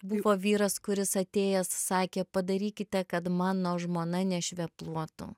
buvo vyras kuris atėjęs sakė padarykite kad mano žmona nešvepluotų